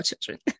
children